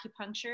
acupuncture